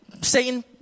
Satan